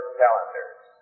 calendars